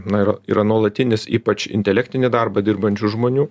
na yra yra nuolatinis ypač intelektinį darbą dirbančių žmonių